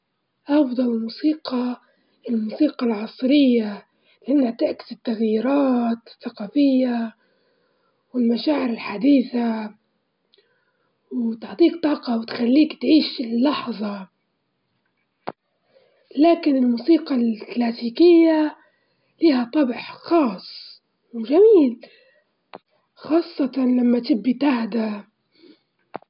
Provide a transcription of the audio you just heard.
الأفضل الاحتفاظ باسمي الأول، لإن اسمي هو جزء من هويتي وتاريخي، والناس كلها تعرفني بنفس الاسم، ما نبيش نغير اسمي، اسمي يعجبني، واسمي في المصالح الحكومية كل عرفت من نفس الاسم، ومن صغري طالعة بنفس الاسم.